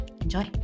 Enjoy